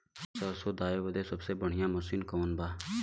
सरसों दावे बदे सबसे बढ़ियां मसिन कवन बा?